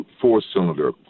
four-cylinder